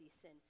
sin